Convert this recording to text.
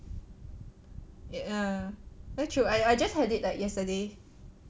mm that's true I I just had it like yesterday